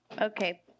Okay